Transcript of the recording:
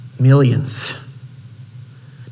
millions